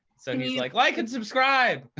so he's like, like and subscribe.